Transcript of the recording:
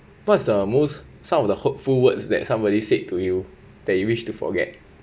what's the most some of the hurtful words that somebody said to you that you wish to forget